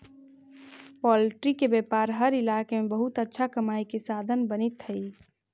poultry के व्यापार हर इलाका में बहुत अच्छा कमाई के साधन बनित हइ